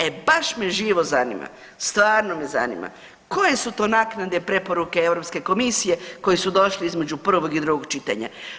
E baš me živo zanima, stvarno me zanima koje su to naknade preporuke Europske komisije koji su došli između prvog i drugog čitanja.